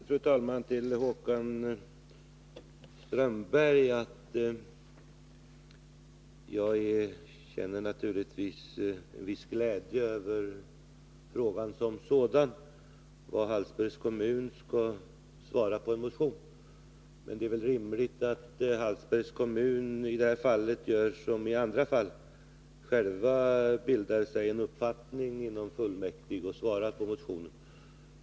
Fru talman! Jag vill till Håkan Strömberg säga att jag naturligtvis känner en viss glädje över hans fråga vilket svar Hallsbergs kommun skall ge på en motion. Men det är väl rimligt att man i Hallsbergs kommun i det fallet gör som i andra fall och själv bildar sig en uppfattning inom fullmäktige och svarar på motionen.